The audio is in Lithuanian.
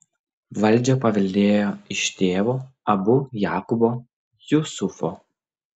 valdžią paveldėjo iš tėvo abu jakubo jusufo